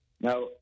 Now